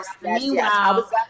Meanwhile